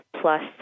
plus